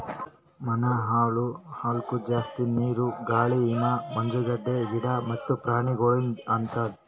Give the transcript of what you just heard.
ಮಣ್ಣ ಹಾಳ್ ಆಲುಕ್ ಜಾಸ್ತಿ ನೀರು, ಗಾಳಿ, ಹಿಮ, ಮಂಜುಗಡ್ಡೆ, ಗಿಡ ಮತ್ತ ಪ್ರಾಣಿಗೊಳಿಂದ್ ಆತುದ್